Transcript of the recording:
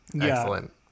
excellent